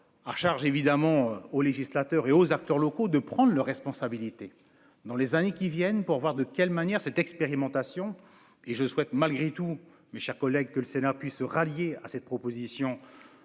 À charge évidemment aux législateurs et aux acteurs locaux de prendre leurs responsabilités dans les années qui viennent pour voir de quelle manière, cette expérimentation et je souhaite malgré tout. Mes chers collègues, que le Sénat puisse rallier à cette proposition